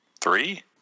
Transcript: three